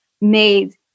made